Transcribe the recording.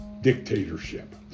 dictatorship